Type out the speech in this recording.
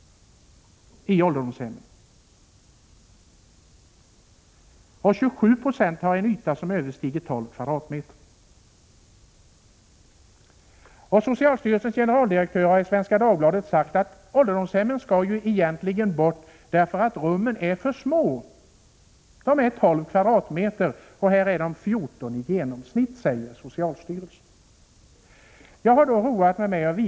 27 Yo av rummen har en yta som överstiger 12 m?. Socialstyrelsens generaldirektör har enligt Svenska Dagbladet sagt att ålderdomshemmen egentligen skall bort, därför att rummen där är för små. De är på 12 m?. Men socialstyrelsen säger att de i genomsnitt har en yta av 14 m?. Jag har roat mig med att studera dessa saker.